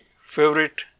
favorite